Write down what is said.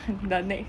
the next